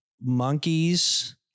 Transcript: monkeys